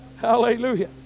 Hallelujah